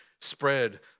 spread